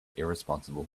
irresponsible